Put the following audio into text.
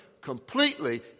completely